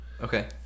Okay